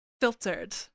filtered